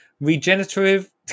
Regenerative